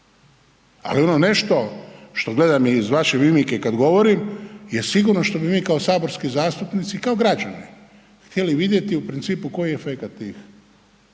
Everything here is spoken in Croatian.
Ali ono nešto što gledam iz vaše mimike kad govorim je sigurno što bi mi kao saborski zastupnici i kao građani htjeli vidjeti u principu koji je efekat tih